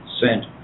sent